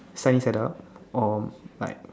sunny side up or like